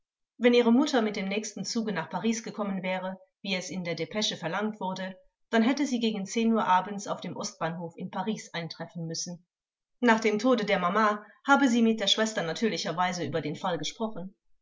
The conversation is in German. wenn ihre mutter mit dem nächsten zuge nach paris gekommen wäre wie es in der depesche verlangt wurde dann hätte sie gegen zehn uhr abends auf dem ostbahnhof in paris eintreffen müssen nach dem tode der mama habe sie mit der schwester natürlicherweise über den fall gesprochen